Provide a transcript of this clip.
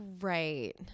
right